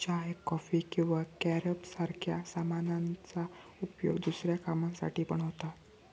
चाय, coffee किंवा carob सारख्या सामानांचा उपयोग दुसऱ्या कामांसाठी पण होता